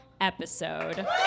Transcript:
episode